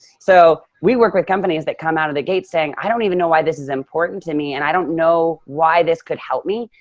so we work with companies that come out of the gate saying, i don't even know why this is important to me. and i don't know why this could help me.